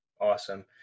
Awesome